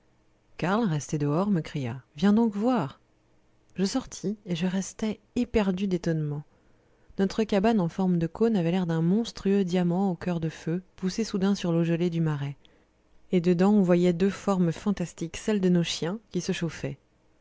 karl resté dehors me cria viens donc voir je sortis et je restai éperdu d'étonnement notre cabane en forme de cône avait l'air d'un monstrueux diamant au coeur de feu poussé soudain sur l'eau gelée du marais et dedans on voyait deux formes fantastiques celles de nos chiens qui se chauffaient